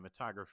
cinematography